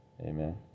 Amen